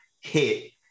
hit